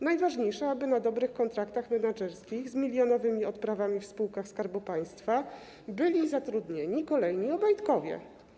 Najważniejsze, aby na dobrych kontraktach menedżerskich z milionowymi odprawami w spółkach Skarbu Państwa byli zatrudnieni kolejni Obajtkowie.